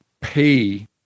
pay